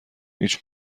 هیچ